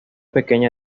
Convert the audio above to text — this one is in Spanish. pequeña